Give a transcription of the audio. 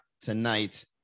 tonight